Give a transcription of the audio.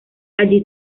allí